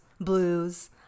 blues